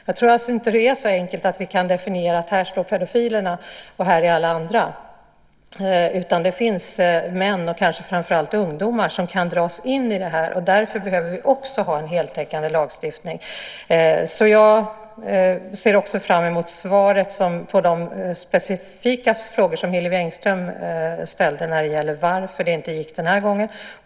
Jag tror alltså inte att vi kan definiera det så enkelt som att här står pedofilerna och här är alla andra. Det finns män, kanske framför allt ungdomar, som kan dras in i detta, och därför behöver vi också ha en heltäckande lagstiftning. Jag ser också fram emot svaret på de specifika frågor som Hillevi Engström ställde när det gäller varför det inte gick den här gången.